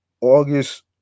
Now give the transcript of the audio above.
August